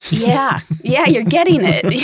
yeah. yeah, you're getting it.